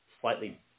slightly